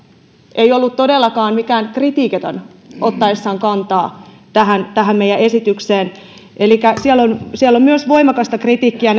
ei ollut todellakaan mitenkään kritiikitön ottaessaan kantaa tähän tähän meidän esitykseemme elikkä siellä on siellä on myös voimakasta kritiikkiä